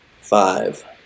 Five